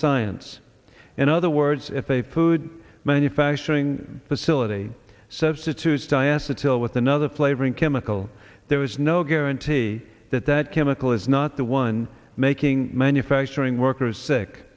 science in other words if a food manufacturing facility substitutes diaster to with another flavoring chemical there is no guarantee that that chemical is not the one making manufacturing workers sick